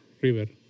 River